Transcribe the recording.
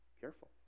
Careful